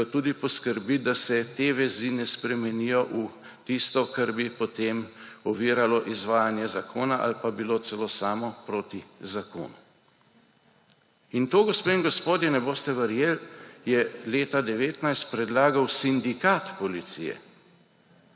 tudi poskrbi, da se te vezi ne spremenijo v tisto, kar bi potem oviralo izvajanje zakona ali pa bilo celo samo proti zakonu. In to, gospe in gospodje, ne boste verjeli, je leta 2019 predlagal sindikat policije.